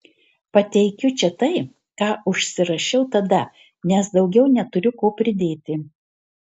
pateikiu čia tai ką užsirašiau tada nes daugiau neturiu ko pridėti